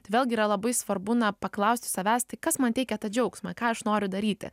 tai vėlgi yra labai svarbu na paklausti savęs tai kas man teikia tą džiaugsmą ką aš noriu daryti